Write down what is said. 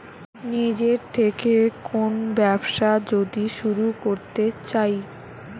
নিজের থেকে কোন ব্যবসা যদি শুরু করতে চাই